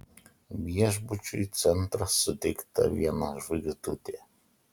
viešbučiui centras suteikta viena žvaigždutė